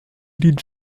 lee